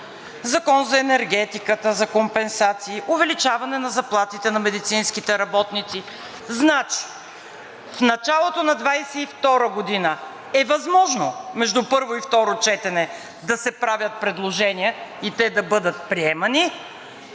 Законът за енергетиката за компенсации, увеличаване заплатите на медицинските работници. Значи в началото на 2022 г. е възможно между първо и второ четене да се правят предложения и те да бъдат приемани,